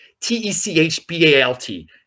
T-E-C-H-B-A-L-T